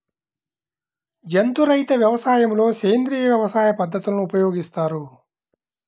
జంతు రహిత వ్యవసాయంలో సేంద్రీయ వ్యవసాయ పద్ధతులను ఉపయోగిస్తారు